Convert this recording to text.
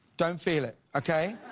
don't feel it, okay?